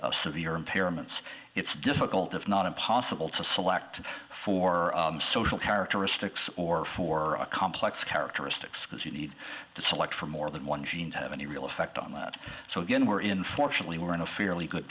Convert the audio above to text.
r severe impairments it's difficult if not impossible to select for social characteristics or for complex characteristics that you need to select from more than one gene to have any real effect on that so again we're in fortunately we're in a fairly good